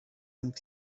and